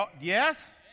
Yes